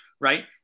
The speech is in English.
right